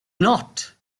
not